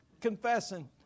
confessing